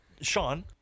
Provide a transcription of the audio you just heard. Sean